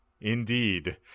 Indeed